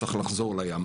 צריך לחזור לים.